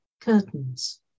curtains